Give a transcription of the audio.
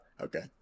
Okay